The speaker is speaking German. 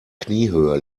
kniehöhe